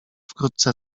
wkrótce